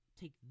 Take